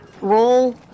roll